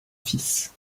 fils